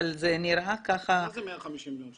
אבל זה נראה ככה --- מה זה 150 מיליון,